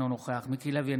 אינו נוכח מיקי לוי,